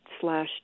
slash